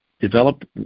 develop